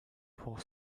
pour